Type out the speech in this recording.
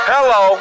Hello